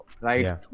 right